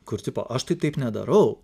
kur tipo aš tai taip nedarau